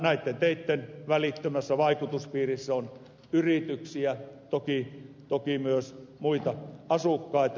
näitten teitten välittömässä vaikutuspiirissä on yrityksiä toki myös muita asukkaita